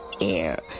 Air